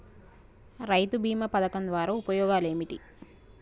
రైతు బీమా పథకం ద్వారా ఉపయోగాలు ఏమిటి?